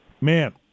man